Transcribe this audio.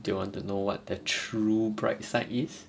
do you want to know what the true bright side is